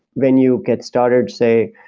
when you get started, say,